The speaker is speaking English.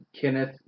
Kenneth